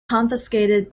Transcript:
confiscated